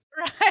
Right